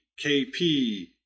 KP